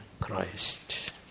Christ